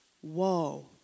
Whoa